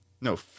No